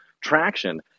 traction